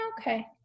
okay